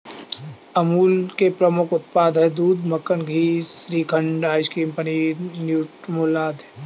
अमूल के प्रमुख उत्पाद हैं दूध, मक्खन, घी, श्रीखंड, आइसक्रीम, पनीर, न्यूट्रामुल आदि